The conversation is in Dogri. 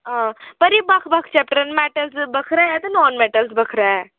हां पर एह् बक्ख बक्ख चैप्टर न मैटल दे बक्खरा ऐ ते नान मैटल बक्खरा ऐ